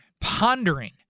pondering